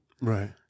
Right